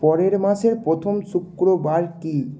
পরের মাসের প্রথম শুক্রবার কী